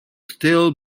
stale